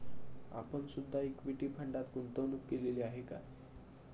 आपण सुद्धा इक्विटी फंडात गुंतवणूक केलेली आहे का?